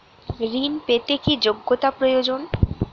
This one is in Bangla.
ঋণ পেতে কি যোগ্যতা প্রয়োজন?